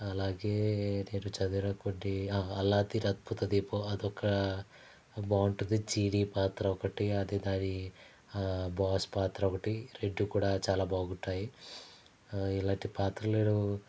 అలాగే నేను చదివిన కొన్ని అల్లావుద్దీన్ అద్భుత దీపం అదొక బాగుంటుంది జీనీ పాత్ర ఒకటి అది దాని బాస్ పాత్ర ఒకటి రెండు కూడా చాలా బాగుంటాయి ఇలాంటి పాత్రలు నేను